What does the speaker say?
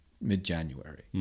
mid-January